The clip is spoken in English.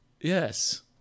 Yes